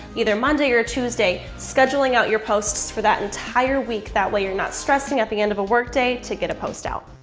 either monday or tuesday, scheduling out your posts for that entire week that way you're not stressing at the end of a work day to get a post out.